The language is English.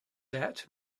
that